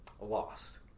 lost